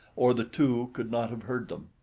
or the two could not have heard them.